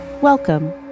Welcome